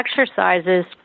exercises